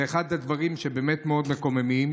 זה אחד הדברים שבאמת מאוד מקוממים.